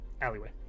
alleyway